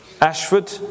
Ashford